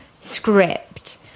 script